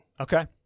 Okay